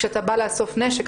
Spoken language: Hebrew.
כשאתה בא לאסוף נשק,